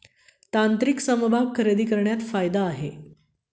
तांत्रिक समभाग खरेदी करण्यात फायदा आहे